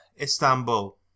Istanbul